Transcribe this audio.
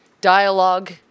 Dialogue